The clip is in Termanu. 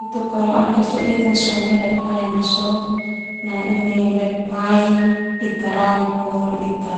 Ita sungu nai ledodaek na sona mai ita rangkul ita